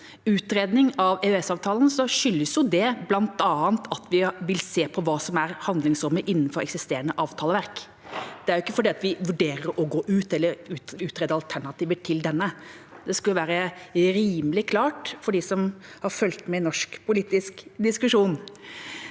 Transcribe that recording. Muntlig spørretime 3555 des det bl.a. at vi vil se på hva som er handlingsrommet innenfor eksisterende avtaleverk. Det er ikke fordi vi vurderer å gå ut eller vil utrede alternativer til denne. Det skulle være rimelig klart for dem som har fulgt med i norske politiske diskusjoner.